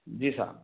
जी साब